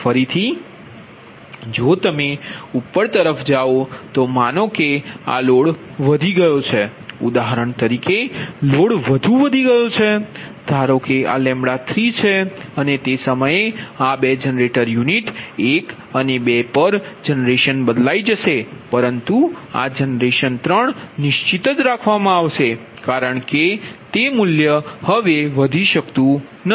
ફરીથી જો તમે ઉપર તરફ જાઓ તો માનો કે આ લોડ વધી ગયો છે ઉદાહરણ તરીકે લોડ વધુ વધી ગયો છે ધારો કે આ 3 છે અને તે સમયે આ બે જનરેટ યુનિટ એક અને બે પર જનરેશન બદલાઈ જશે પરંતુ આ જનરેશન 3 નિશ્ચિત રાખવામાં આવશે કારણ કે તે મૂલ્ય વધી શકતું નથી